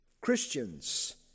Christians